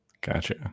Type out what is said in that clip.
gotcha